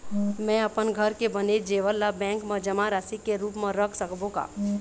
म अपन घर के बने जेवर ला बैंक म जमा राशि के रूप म रख सकबो का?